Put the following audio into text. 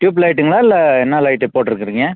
tube லைட்டுங்களா இல்லை என்ன லைட்டு போட்டிருக்குறிங்க